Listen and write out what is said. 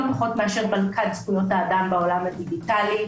פחות מאשר בנקט זכויות האדם בעולם הדיגיטלי,